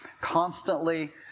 constantly